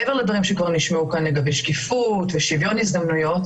מעבר לדברים שכבר נשמעו כאן לגבי שקיפות ושוויון הזדמנויות,